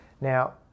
Now